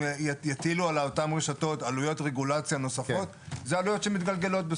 אם יטילו על אותן רשתות עלויות רגולציה נוספות אלו עלויות שמתגלגלות,